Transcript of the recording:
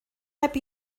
heb